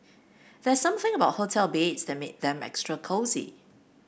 there's something about hotel beds that make them extra cosy